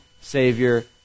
Savior